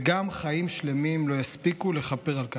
וגם חיים שלמים לא יספיקו כדי לכפר על כך".